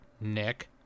Nick